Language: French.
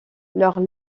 leur